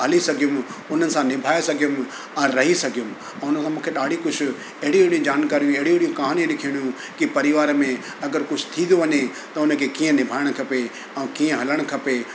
हली सघियुमि उन्हनि सां निभाए सघियुमि ऐं रही सघियुमि उन सां मूंखे ॾाढी कुझु एॾी एॾियूं जानकारियूं अहिड़ियूं अहिड़ियूं कहानियूं लिखियलु हुयूं की परिवार में अगरि कुझु थी थो वञे त हुनखे कीअं निभाइणु खपे ऐं कीअं हलणु खपे